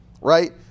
right